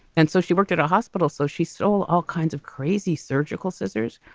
and so she worked at a hospital. so she stole all kinds of crazy surgical scissors,